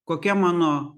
kokia mano